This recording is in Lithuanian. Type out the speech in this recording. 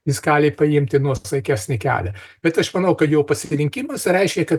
jis gali paimti nuosaikesnį kelią bet aš manau kad jau pasirinkimas reiškia kad